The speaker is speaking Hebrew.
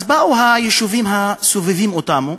באו היישובים הסובבים אותנו,